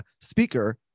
speaker